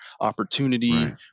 opportunity